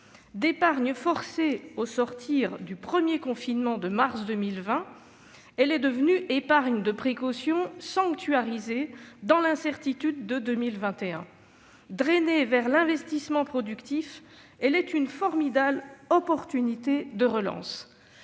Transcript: D'épargne forcée au sortir du premier confinement de mars 2020, elle est devenue épargne de précaution sanctuarisée dans l'incertitude de 2021. Drainée vers l'investissement productif, elle offre une formidable possibilité de relance.